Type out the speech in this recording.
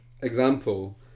example